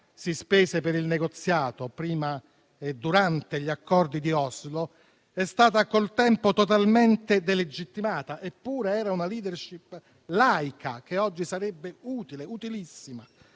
si spese per il negoziato, prima e durante gli Accordi di Oslo, è stata con il tempo totalmente delegittimata. Eppure, era una *leadership* laica, che oggi sarebbe utile, anzi utilissima.